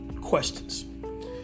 questions